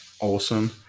Awesome